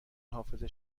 حافظه